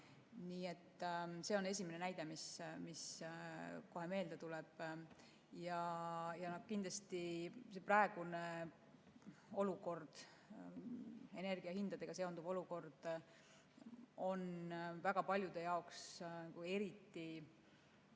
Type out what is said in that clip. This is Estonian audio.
euro. See on esimene näide, mis kohe meelde tuleb. Kindlasti see praegune energiahindadega seonduv olukord on väga paljude jaoks eriti